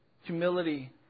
humility